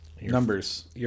numbers